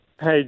Hey